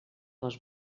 les